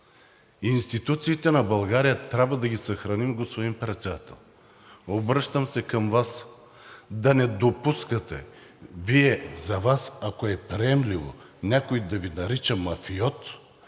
Институциите на България трябва да ги съхраним, господин Председател! Обръщам се към Вас да не го допускате. За Вас, ако е приемливо някой да Ви нарича мафиот,